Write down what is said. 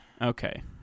Okay